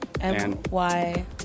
M-Y